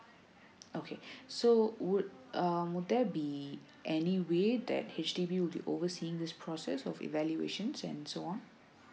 okay so would um would there be any way that H_D_B will be overseeing this process of evaluations and so on